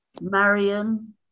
Marion